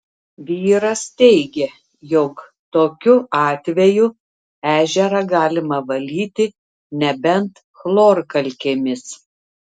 vyras teigė jog tokiu atveju ežerą galima valyti nebent chlorkalkėmis